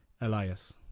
Elias